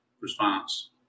response